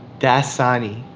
dasani.